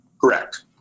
Correct